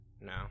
No